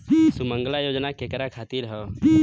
सुमँगला योजना केकरा खातिर ह?